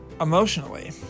emotionally